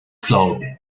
slope